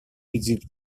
egypt